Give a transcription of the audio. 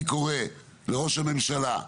אני קורא לראש הממשלה,